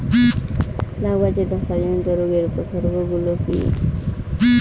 লাউ গাছের ধসা জনিত রোগের উপসর্গ গুলো কি কি?